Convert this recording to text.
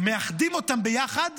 מאחדים אותם ביחד